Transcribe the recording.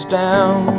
down